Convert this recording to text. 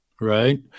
Right